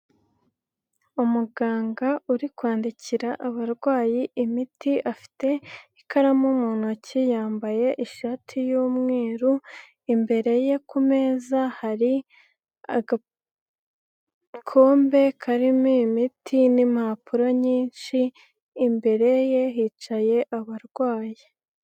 Umuganga uri kwandikira abarwayi imiti, afite ikaramu mu ntoki yambaye ishati y'mweru, imbere ye ku meza hari agakombe karimo imiti n'impapuro nyinshi, imbere ye hicaye abarwayi.